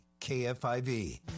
kfiv